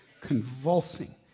convulsing